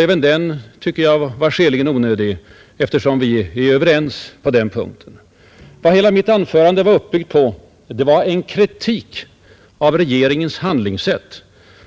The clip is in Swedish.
Även den var skäligen onödig, eftersom vi är överens på denna punkt. Vad hela mitt anförande var uppbyggt på var en kritik av regeringens handlingssätt,